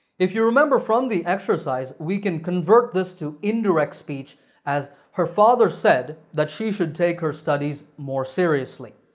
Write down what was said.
if you remember from the exercise, we can convert this to indirect speech as her father said that she should take her studies more seriously.